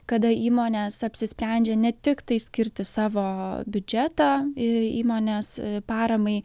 kada įmonės apsisprendžia ne tiktai skirti savo biudžetą į įmonės paramai